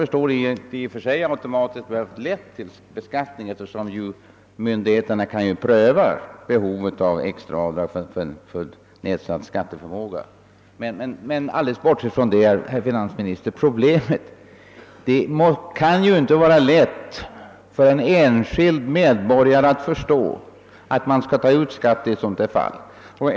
Detta har, såvitt jag förstår, lett till beskattning, men myndigheterna kan ju dock pröva behovet av extra avdrag till följd av nedsatt skatteförmåga. Men alldeles bortsett från detta, herr finansminister, kan det inte vara lätt för en enskild medborgare att förstå att skatt skall uttagas i ett sådant fall.